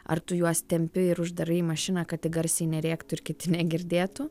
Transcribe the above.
ar tu juos tempi ir uždarai į mašiną kad tik garsiai nerėktų ir kiti negirdėtų